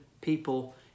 people